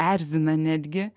erzina netgi